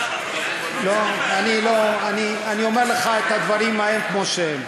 אני אומר לך את הדברים ההם כמו שהם.